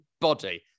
body